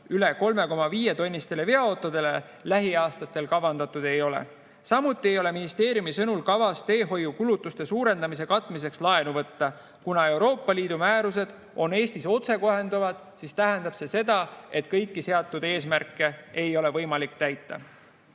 üle 3,5‑tonnistele veoautodele lähiaastatel kavandatud ei ole. Samuti ei ole ministeeriumi sõnul kavas teehoiukulutuste suurendamise katmiseks laenu võtta. Kuna Euroopa Liidu määrused on Eestis otsekohalduvad, siis tähendab see seda, et kõiki seatud eesmärke ei ole võimalik täita.